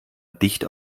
dicht